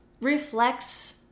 reflects